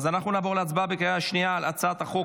אנחנו נעבור להצבעה בקריאה השנייה על הצעת החוק